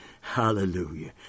Hallelujah